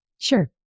Sure